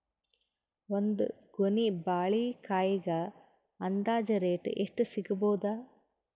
ಒಂದ್ ಗೊನಿ ಬಾಳೆಕಾಯಿಗ ಅಂದಾಜ ರೇಟ್ ಎಷ್ಟು ಸಿಗಬೋದ?